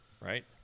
Right